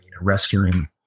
rescuing